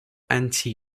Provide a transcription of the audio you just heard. anti